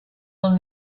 will